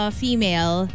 female